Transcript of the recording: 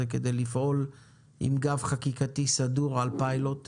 כדי לפעול עם גב חקיקתי סדור על פיילוט,